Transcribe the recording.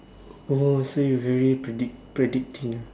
oh so you're very predict predicting ah